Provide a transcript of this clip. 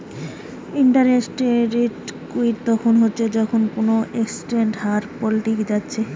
interest rate risk তখন হচ্ছে যখন কুনো এসেটের হার পাল্টি যাচ্ছে